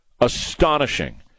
astonishing